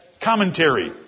commentary